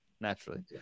naturally